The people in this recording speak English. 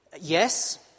Yes